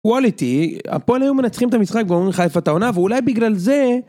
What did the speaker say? וואליטי, הפועל היו מנצחים את המשחק, גורמים לחיפת את העונה, ואולי בגלל זה...